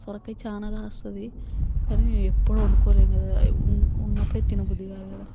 సొరకాయ చాలా కాస్తుంది కాని ఎప్పుడూ వండుకోలేదు కదా ఉ ఉన్నప్పుడు తినబుద్ది కాదు కదా